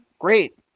Great